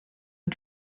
are